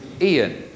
Ian